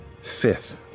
Fifth